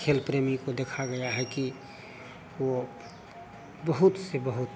खेल प्रेमी को देखा गया है कि वो बहुत से बहुत